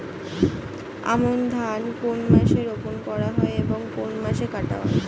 আমন ধান কোন মাসে রোপণ করা হয় এবং কোন মাসে কাটা হয়?